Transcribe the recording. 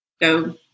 Go